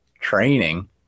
Training